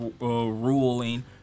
ruling